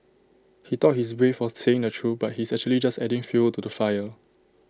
he thought he's brave for saying the truth but he's actually just adding fuel to the fire